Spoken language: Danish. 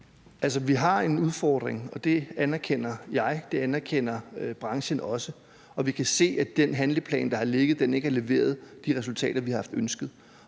vi har en udfordring, og det anerkender jeg, og det anerkender branchen også, og vi kan se, at den handleplan, der har ligget, ikke har leveret de resultater, vi har ønsket.